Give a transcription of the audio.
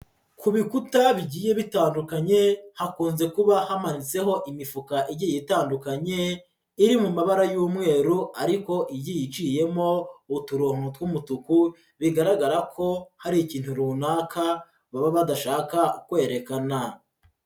Ku bikuta bigiye bitandukanye, hakunze kuba hamanitseho imifuka igiye itandukanye, iri mu mabara y'umweru ariko igiye iciyemo uturongo tw'umutuku, bigaragara ko hari ikintu runaka baba badashaka kwerekana.